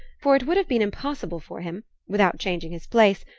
for it would have been impossible for him, without changing his place,